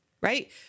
right